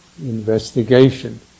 investigation